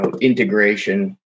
integration